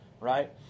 right